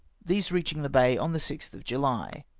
these reacliing the bay on the sixth of july.